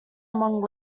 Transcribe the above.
among